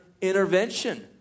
intervention